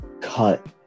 cut